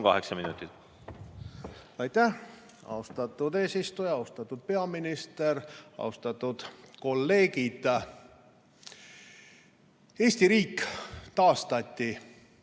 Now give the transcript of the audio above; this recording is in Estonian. Kaheksa minutit. Aitäh, austatud eesistuja! Austatud peaminister! Austatud kolleegid! Eesti riik taastati